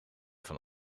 van